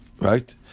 Right